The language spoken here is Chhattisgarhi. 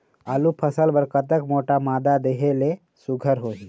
आलू फसल बर कतक मोटा मादा देहे ले सुघ्घर होही?